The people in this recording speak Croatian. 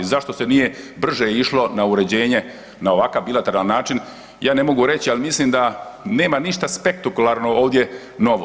Zašto se nije brže išlo na uređene na ovakav bilateralni način, ja ne mogu reći, ali mislim da nema ništa spektakularno ovdje novo.